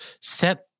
set